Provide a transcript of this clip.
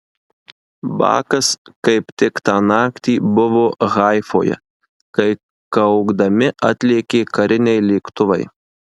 bakas kaip tik tą naktį buvo haifoje kai kaukdami atlėkė kariniai lėktuvai